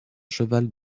cheval